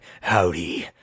howdy